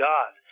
God